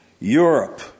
Europe